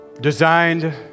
designed